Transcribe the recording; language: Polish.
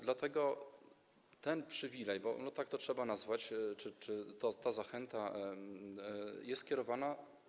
Dlatego ten przywilej, bo tak to trzeba nazwać, czy też ta zachęta są kierowane.